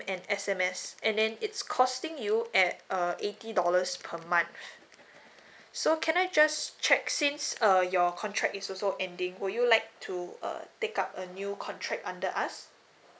and S_M_S and then it's costing you at uh eighty dollars per month so can I just check since err your contract is also ending would you like to uh take up a new contract under us